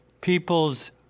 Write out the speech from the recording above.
peoples